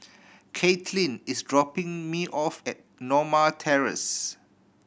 Kaitlyn is dropping me off at Norma Terrace